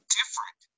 different